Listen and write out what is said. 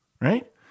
Right